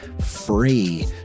free